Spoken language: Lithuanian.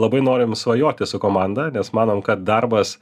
labai norim svajoti su komanda nes manom kad darbas